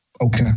Okay